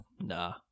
Nah